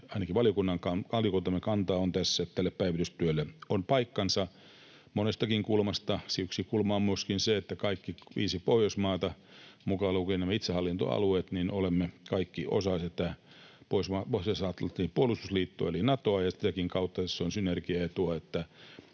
ainakin valiokuntamme kanta on tässä, että tälle päivitystyölle on paikkansa monestakin kulmasta. Yksi kulma on myöskin se, että kaikki me viisi Pohjoismaata mukaan lukien itsehallintoalueet olemme osa Pohjois-Atlantin puolustusliittoa eli Natoa, ja sitäkin kautta tässä on synergiaetua,